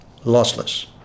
lossless